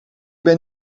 ben